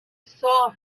saw